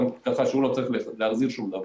כך שהוא לא צריך להחזיר שום דבר.